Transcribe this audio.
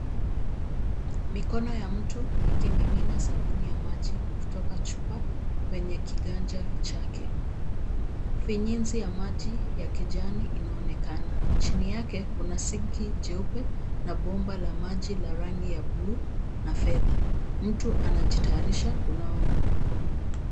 Mikono ya mtu ikimimina sabuni ya maji kutoka chupa kwenye kiganja chake. Finyezi ya maji ya kijani inaonekana. Chini yake kuna sinki jeupe na bomba la maji la rangi ya bluu na fedha. Mtu anajitayarisha kunawa mkono.